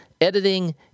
editing